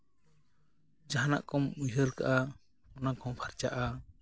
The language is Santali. ᱡᱟᱦᱟᱸᱱᱟᱜ ᱠᱚᱢ ᱩᱭᱦᱟᱹᱨ ᱠᱟᱜᱼᱟ ᱚᱱᱟ ᱠᱚᱦᱚᱸ ᱯᱷᱟᱨᱪᱟᱜᱼᱟ